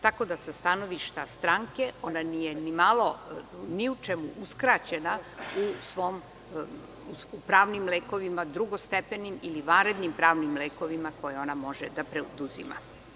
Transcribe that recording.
Tako da, sa stanovništva stranke, ona nije ni u čemu uskraćena u pranim lekovima drugostepenim ili vanrednim pravnim lekovima koje može da preduzima.